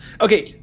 Okay